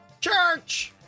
Church